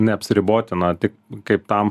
neapsiriboti na tik kaip tam